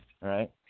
right